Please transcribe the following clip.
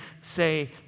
say